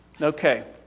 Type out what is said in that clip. Okay